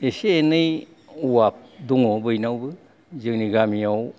इसे एनै औवा दङ बयनावबो जोंनि गामियाव